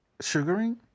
sugaring